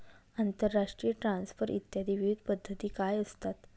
आंतरराष्ट्रीय ट्रान्सफर इत्यादी विविध पद्धती काय असतात?